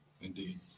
Indeed